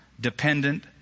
dependent